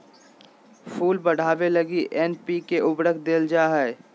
फूल बढ़ावे लगी एन.पी.के उर्वरक देल जा हइ